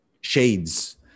shades